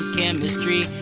chemistry